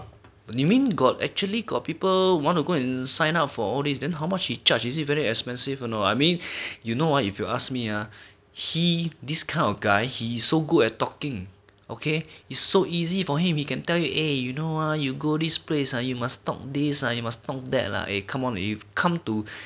you mean got actually got people want and go and sign up for all these then how much he charge is it very expensive or not I mean you know ah if you ask me ah he this kind of guy he so good at talking okay is so easy for him he can tell you eh you know ah you go this place ah you must talk these ah you must talk there lah eh come on you've come to